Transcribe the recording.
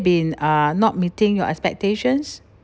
been uh not meeting your expectations